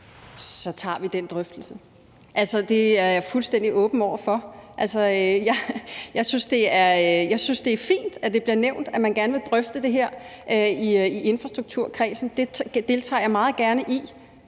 Så tager vi den drøftelse. Altså, det er jeg fuldstændig åben over for. Jeg synes, det er fint, at det bliver nævnt, at man gerne vil drøfte det her i infrastrukturkredsen – det deltager jeg meget gerne i.